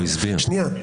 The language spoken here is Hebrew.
הוא הסביר.